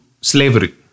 slavery